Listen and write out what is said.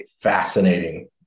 fascinating